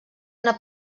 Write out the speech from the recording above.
una